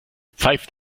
pfeift